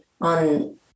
on